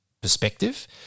perspective